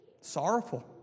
Sorrowful